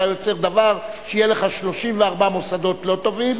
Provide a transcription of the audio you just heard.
אתה יוצר דבר שיהיו לך 34 מוסדות לא טובים,